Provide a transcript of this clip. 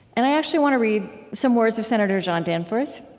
and i actually want to read some words of senator john danforth,